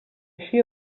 així